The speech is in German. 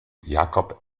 jacob